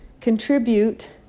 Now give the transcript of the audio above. contribute